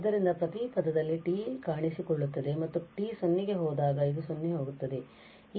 ಆದ್ದರಿಂದ ಪ್ರತಿ ಪದದಲ್ಲಿ t ಕಾಣಿಸಿಕೊಳ್ಳುತ್ತದೆ ಮತ್ತು t 0 ಗೆ ಹೋದಾಗ ಇದು 0 ಗೆ ಹೋಗುತ್ತದೆ